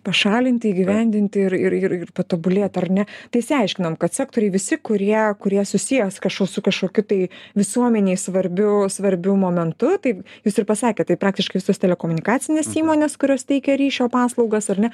pašalinti įgyvendinti ir ir ir patobulėt ar ne tai išsiaiškinom kad sektoriai visi kurie kurie susiję su kažkuo su kažkokiu tai visuomenei svarbiu svarbiu momentu tai jūs ir pasakėt tai praktiškai visos telekomunikacinės įmonės kurios teikia ryšio paslaugas ar ne